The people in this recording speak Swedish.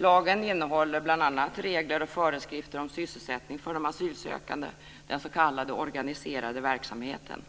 Lagen innehåller bl.a. regler och föreskrifter om sysselsättning för de asylsökande, den s.k. organiserade verksamheten.